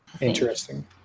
Interesting